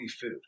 food